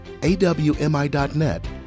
awmi.net